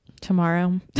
tomorrow